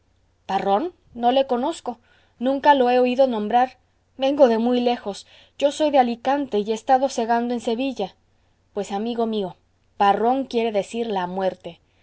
parrón parrón no le conozco nunca lo he oído nombrar vengo de muy lejos yo soy de alicante y he estado segando en sevilla pues amigo mío parrón quiere decir la muerte